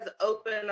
open